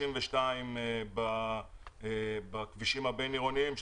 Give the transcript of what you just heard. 32 בכבישים הבין-עירוניים,